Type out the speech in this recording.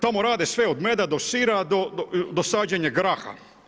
Tamo rade sve od meda do sira, do sađenja graha.